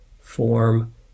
form